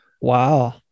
wow